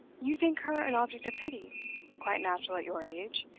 you think her an object of pity quite natural at your age.